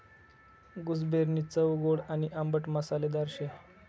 गूसबेरीनी चव गोड आणि आंबट मसालेदार शे